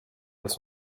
elles